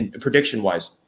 prediction-wise